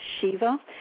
Shiva